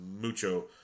mucho